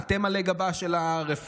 אתם עלי גבה של הרפורמה,